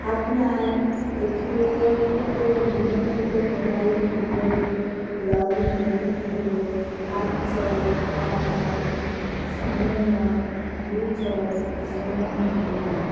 আপনার এপিএফও তে নিবন্ধিত মোবাইল নম্বরের লগ ইন ওটিপি হল আট ছয় আট নয় শূন্য নয় দুই ছয় শূন্য দুই নয়